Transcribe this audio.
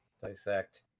dissect